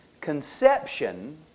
Conception